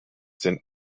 sind